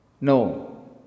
no